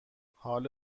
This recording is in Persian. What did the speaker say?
حال